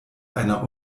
einer